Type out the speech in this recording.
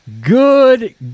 Good